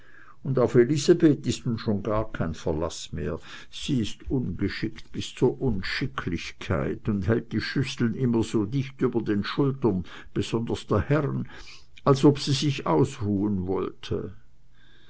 und auf elisabeth ist nun schon gar kein verlaß mehr sie ist ungeschickt bis zur unschicklichkeit und hält die schüsseln immer so dicht über den schultern besonders der herren als ob sie sich ausruhen wollte